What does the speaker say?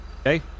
Okay